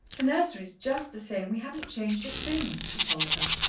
the nursery is just the same we haven't changed a thing, she told her.